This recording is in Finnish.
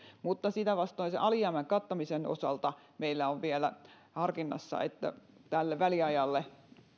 mutta sitä vastoin alijäämän kattamisen osalta meillä on vielä harkinnassa että tälle väliajalle